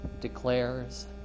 declares